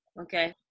Okay